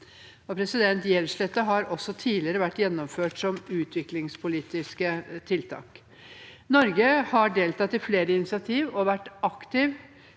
har hatt. Gjeldsslette har også tidligere vært gjennomført som utviklingspolitisk tiltak. Norge har deltatt i flere initiativ og vært aktivt